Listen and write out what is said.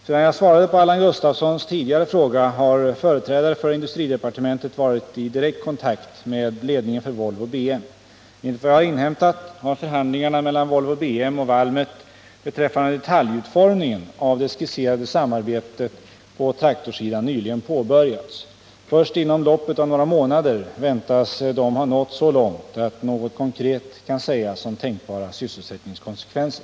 Sedan jag svarade på Allan Gustafssons tidigare fråga har företrädare för industridepartementet varit i direkt kontakt med ledningen för Volvo BM. Enligt vad jag har inhämtat, har förhandlingarna mellan Volvo BM och Valmet beträffande detaljutformningen av det skisserade samarbetet på traktorsidan nyligen påbörjats. Först inom loppet av några månader väntas de ha nått så långt att något konkret kan sägas om tänkbara sysselsättningskonsekvenser.